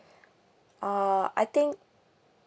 uh I think